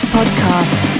Podcast